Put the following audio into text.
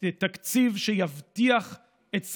תקציב שיבטיח את שרידותה.